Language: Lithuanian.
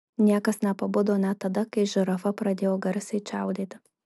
niekas nepabudo net tada kai žirafa pradėjo garsiai čiaudėti